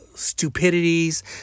stupidities